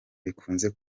bikunze